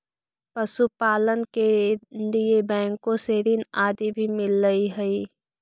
पशुपालन के लिए बैंकों से ऋण आदि भी मिलअ हई